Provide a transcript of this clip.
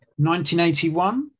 1981